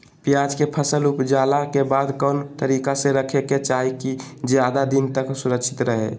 प्याज के फसल ऊपजला के बाद कौन तरीका से रखे के चाही की ज्यादा दिन तक सुरक्षित रहय?